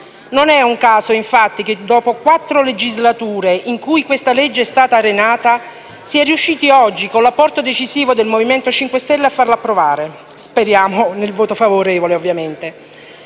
Non è un caso infatti che dopo quattro legislature in cui questa legge è stata arenata, si sia riusciti oggi, con l'apporto decisivo del Movimento 5 Stelle, a farla approvare e speriamo naturalmente